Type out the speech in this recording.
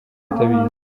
utabizi